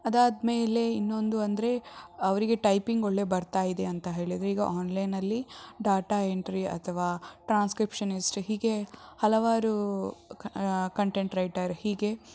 ಅದಾದ ಮೇಲೆ ಇನ್ನೊಂದು ಅಂದರೆ ಅವರಿಗೆ ಟೈಪಿಂಗ್ ಒಳ್ಳೆ ಬರ್ತಾ ಇದೆ ಅಂತ ಹೇಳಿದರೆ ಈಗ ಆನ್ಲೈನಲ್ಲಿ ಡಾಟಾ ಎಂಟ್ರಿ ಅಥವಾ ಟ್ರಾನ್ಸ್ಕ್ರಿಪ್ಶನಿಸ್ಟ್ ಹೀಗೆ ಹಲವಾರು ಕಂಟೆಂಟ್ ರೈಟರ್ ಹೀಗೆ